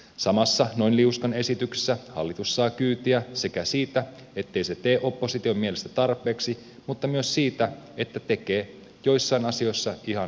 samassa noin liuskan esityksessä hallitus saa kyytiä sekä siitä ettei se tee opposition mielestä tarpeeksi mutta myös siitä että tekee joissain asioissa ihan liikaakin